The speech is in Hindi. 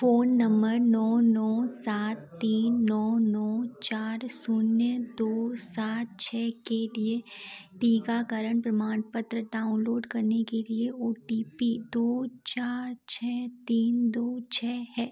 फोन नम्बर नौ नौ सात तीन नौ नौ चार शून्य दो सात छः के लिए टीकाकरण प्रमाणपत्र डाउनलोड करने के लिए ओ टी पी दो चार छः तीन दो छः है